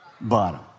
bottom